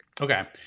Okay